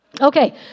Okay